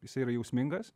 jisai yra jausmingas